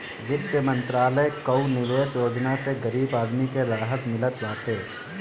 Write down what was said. वित्त मंत्रालय कअ निवेश योजना से गरीब आदमी के राहत मिलत बाटे